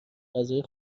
غذای